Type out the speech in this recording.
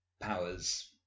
powers